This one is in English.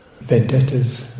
vendettas